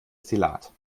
destillat